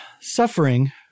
suffering